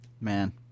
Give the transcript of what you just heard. man